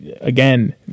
again